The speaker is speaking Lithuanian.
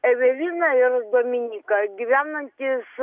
eveliną ir dominyką gyvenantys